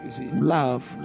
love